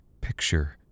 picture